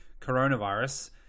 coronavirus